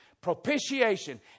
Propitiation